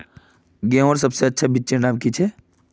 गेहूँर सबसे अच्छा बिच्चीर नाम की छे?